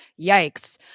Yikes